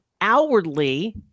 outwardly